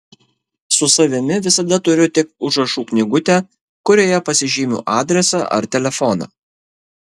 su savimi visada turiu tik užrašų knygutę kurioje pasižymiu adresą ar telefoną